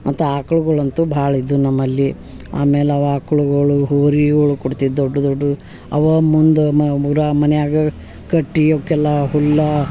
ಮತ್ತು ಆಕ್ಳುಗುಳ ಅಂತು ಭಾಳ್ ಇದ್ವು ನಮ್ಮಲ್ಲಿ ಆಮೇಲೆ ಅವ ಆಕ್ಳುಗಳು ಹೋರಿಗಳ ಕೊಡ್ತಿದ್ದು ದೊಡ್ಡ ದೊಡ್ಡು ಅವಾ ಮುಂದ ಮುರಾ ಮನ್ಯಾಗ ಕಟ್ಟಿ ಅವ್ಕೆಲ್ಲ ಹುಲ್ಲ